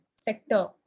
sector